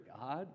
God